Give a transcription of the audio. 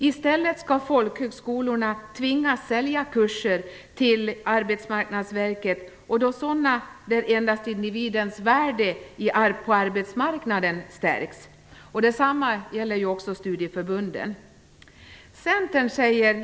I stället skall folkhögskolorna tvingas sälja kurser till Arbetsmarknadsverket och då sådana där endast individens värde på arbetsmarknaden stärks. Detsamma gäller studieförbunden.